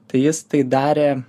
tai jis tai darė